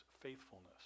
faithfulness